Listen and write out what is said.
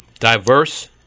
Diverse